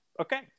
Okay